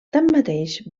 tanmateix